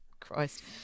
Christ